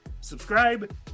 Subscribe